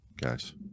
guys